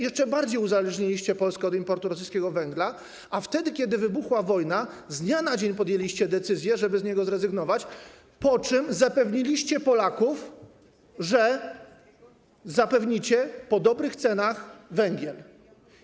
Jeszcze bardziej uzależniliście Polskę od importu rosyjskiego węgla, a wtedy kiedy wybuchła wojna, z dnia na dzień podjęliście decyzję, żeby z niego zrezygnować, po czym zapewniliście Polaków, że zapewnicie po dobrych cenach węgiel.